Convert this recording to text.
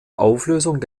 auflösung